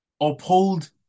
uphold